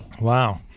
Wow